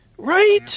Right